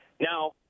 Now